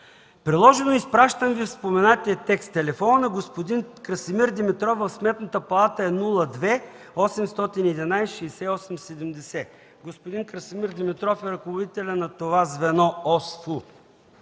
„Приложено, изпращам Ви споменатия текст. Телефонът на господин Красимир Димитров в Сметната палата е 02-811-68-70.” Господин Красимир Димитров е ръководителят на това звено ОСФУ.